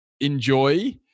enjoy